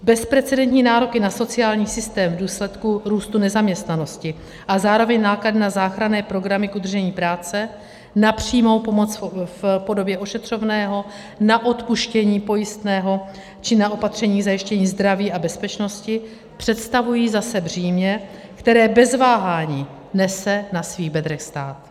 Bezprecedentní nároky na sociální systém v důsledku růstu nezaměstnanosti a zároveň náklady na záchranné programy k udržení práce, na přímou pomoc v podobě ošetřovného, na odpuštění pojistného či na opatření k zajištění zdraví a bezpečnosti představují zase břímě, které bez váhání nese na svých bedrech stát.